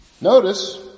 Notice